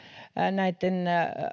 näitten